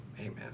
Amen